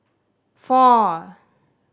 four